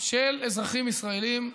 של אזרחים ישראלים,